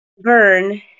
burn